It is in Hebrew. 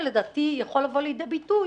ולדעתי זה יכול לבוא לידי ביטוי